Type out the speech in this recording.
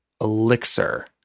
Elixir